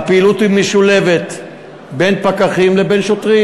והפעילות משולבת בין פקחים לבין שוטרים.